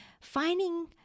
finding